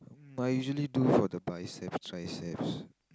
I usually do for the biceps triceps